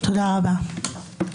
תודה רבה.